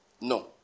No